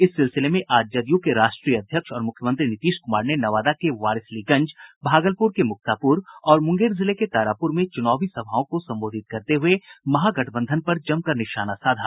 इस सिलसिले में आज जदयू के राष्ट्रीय अध्यक्ष और मुख्यमंत्री नीतीश कुमार ने नवादा के वारिसलीगंज भागलपुर के मुक्तापुर और मुंगेर जिले के तारापुर में चुनावी सभाओं को संबोधित करते हुए महागठबंधन पर जमकर निशाना साधा